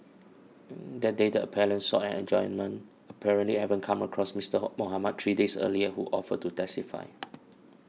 that day the appellant sought an adjournment apparently having come across Mister Mohamed three days earlier who offered to testify